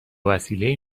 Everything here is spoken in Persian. وسیلهای